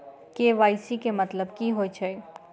KYC केँ मतलब की होइ छै?